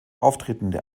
auftretende